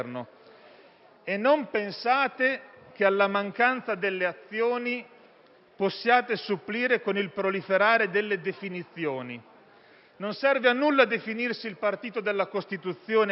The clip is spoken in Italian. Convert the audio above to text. E non pensate che alla mancanza delle azioni possiate supplire con il proliferare delle definizioni. Non serve a nulla definirsi il partito della Costituzione a parole,